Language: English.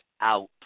out